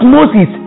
Moses